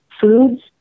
Foods